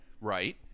Right